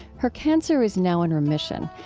her cancer is now in remission.